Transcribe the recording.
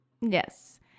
Yes